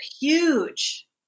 huge